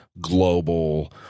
global